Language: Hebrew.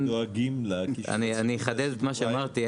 אני אחדד את מה שאמרתי,